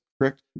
correct